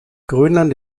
grönland